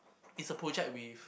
it's a project with